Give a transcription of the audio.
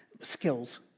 skills